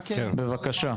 בבקשה.